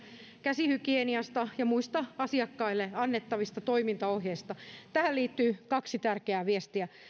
käsihygieniasta ja muista asiakkaille annettavista toimintaohjeista tähän liittyy kaksi tärkeää viestiä